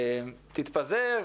תתפזר,